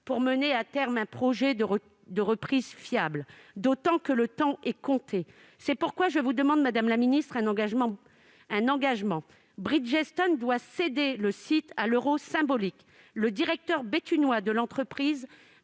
pour mener, à terme, un projet de reprise fiable, d'autant que le temps est compté. C'est pour cette raison que je vous demande, madame la ministre, un engagement : Bridgestone doit céder le site pour un euro symbolique. Le directeur béthunois de l'entreprise